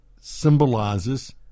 symbolizes